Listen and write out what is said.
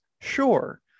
sure